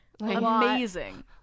Amazing